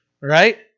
right